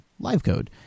LiveCode